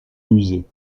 musée